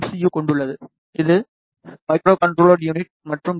யுவைக் கொண்டுள்ளது இது microcontroller unit மற்றும் பி